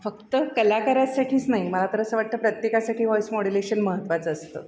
फक्त कलाकारासाठीच नाही मला तर असं वाटतं प्रत्येकासाठी वॉईस मॉडुलेशन महत्त्वाचं असतं